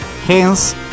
Hence